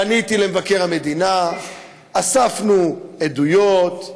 פניתי למבקר המדינה, אספנו עדויות,